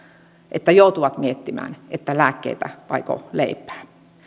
että joutuvat miettimään että lääkkeitä vaiko leipää